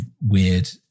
weird